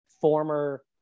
former